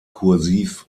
kursiv